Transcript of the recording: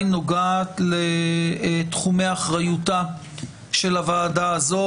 נוגעת לתחומי אחריותה של הוועדה הזאת,